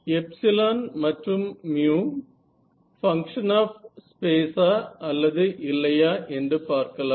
epsilon மற்றும் mu function of space ஆ அல்லது இல்லையா என்று பார்க்கலாம்